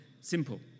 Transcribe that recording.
Simple